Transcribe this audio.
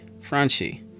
Franchi